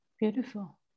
Beautiful